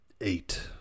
eight